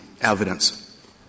evidence